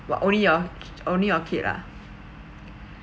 only your only your kid ah